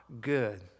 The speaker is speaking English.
good